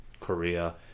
Korea